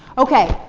okay,